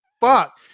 fuck